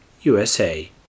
USA